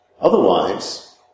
Otherwise